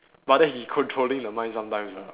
but then he controlling the mind sometimes ah